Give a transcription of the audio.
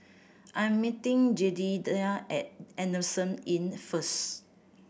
I'm meeting Jedediah at Adamson Inn first